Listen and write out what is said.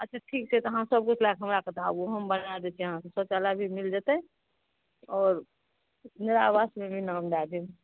अच्छा ठीक छै तऽ अहाँ सबकिछु लए कऽ हमरा कतऽ हम बना देै छी अहाँके शौचालय भी मिल जेतै और इन्दिरा आवासमे भी नाम दए देब